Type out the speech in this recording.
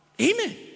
Amen